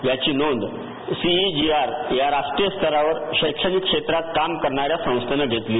याची नोंद सीईजीआर या राष्ट्रीय स्तरावर शैक्षणिक क्षेत्रात काम करणाऱ्या संस्थेन घेतली